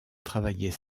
travailler